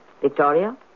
Victoria